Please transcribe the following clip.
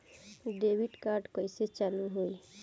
Debit card कइसे चालू होई?